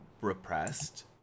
repressed